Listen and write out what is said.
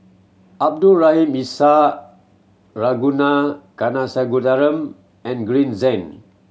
Abdul Rahim Ishak Ragunathar Kanagasuntheram and Green Zeng